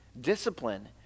discipline